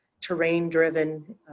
terrain-driven